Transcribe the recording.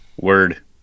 word